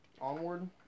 Onward